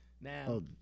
Now